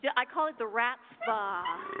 yeah i call it the rat spa.